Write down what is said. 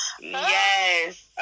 yes